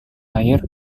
air